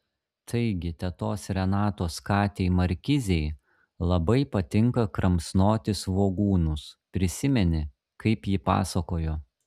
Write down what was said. taigi tetos renatos katei markizei labai patinka kramsnoti svogūnus prisimeni kaip ji pasakojo